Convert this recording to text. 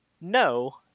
no